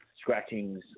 scratchings